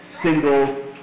single